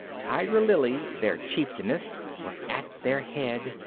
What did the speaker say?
tiger lily, their chieftainess, was at their head,